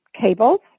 cables